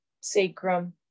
sacrum